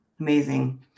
amazing